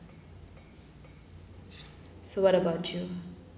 so what about you